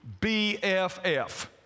BFF